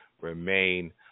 remain